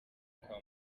kwa